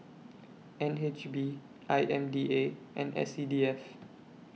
N H B I M D A and S C D F